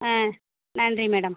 ஆ நன்றி மேடம்